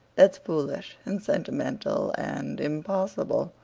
that's foolish and sentimental and impossible.